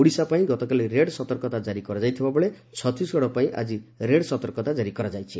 ଓଡ଼ିଶା ପାଇଁ ଗତକାଲି ରେଡ୍ ସତର୍କତା ଜାରି କରାଯାଇଥିବା ବେଳେ ଛତିଶଗଡ଼ ପାଇଁ ଆକି ରେଡ୍ ସତର୍କତା କାରି କରାଯାଇଛି